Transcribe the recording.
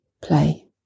play